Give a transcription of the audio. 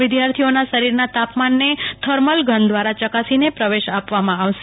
વિધાર્થીઓના શરીરના તાપમાનને thermal gun દ્વારા ચકાસીને પ્રવેશ આપવામાં આવશે